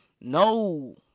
No